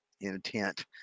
intent